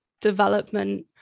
development